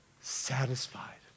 satisfied